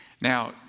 Now